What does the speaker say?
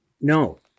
No